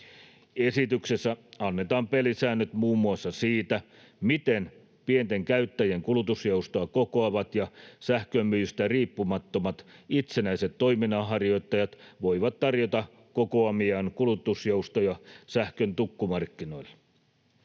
Esityksessä annetaan pelisäännöt muun muassa siitä, miten pienten käyttäjien kulutusjoustoa kokoavat ja sähkönmyyjistä riippumattomat itsenäiset toiminnanharjoittajat voivat tarjota kokoamiaan kulutusjoustoja sähkön tukkumarkkinoilla.